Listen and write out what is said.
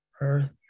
Earth